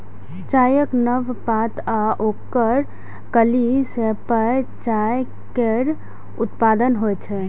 चायक नव पात आ ओकर कली सं पेय चाय केर उत्पादन होइ छै